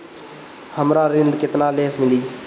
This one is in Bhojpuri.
हमरा ऋण केतना ले मिली?